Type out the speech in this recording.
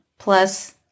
Plus